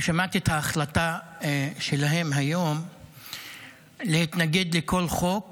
ושמעתי את ההחלטה שלהם היום להתנגד לכל חוק